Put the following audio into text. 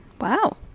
Wow